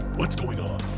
what's going on?